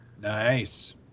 Nice